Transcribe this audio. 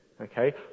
okay